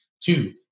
two